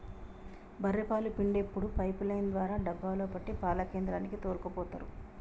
బఱ్ఱె పాలు పిండేప్పుడు పైపు లైన్ ద్వారా డబ్బాలో పట్టి పాల కేంద్రానికి తోల్కపోతరు